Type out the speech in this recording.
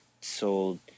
sold